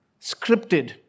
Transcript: scripted